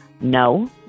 No